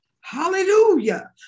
Hallelujah